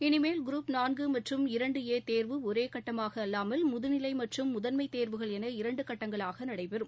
இனிமேல் குருப் நான்கு மற்றும் இரண்டு ஏ தேர்வு ஒரேகட்டமாக அல்லாமல் முதுநிலை மற்றும் முதன்மை தேர்வுகள் என இரண்டு கட்டங்களாக நடைபெறும்